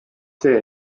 see